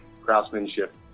craftsmanship